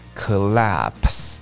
collapse